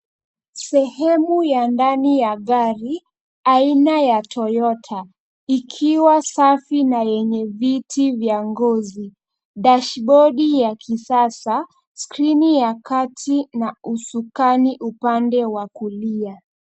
Sehemu ya ndani ya gari aina ya Toyota ikiwa safi na yenye viti vya ngozi. Dashbodi ya kisasa, skrini ya kati na usukani upande wa kulia.